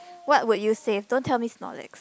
what would you save don't tell me Snorlax